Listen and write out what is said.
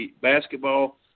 basketball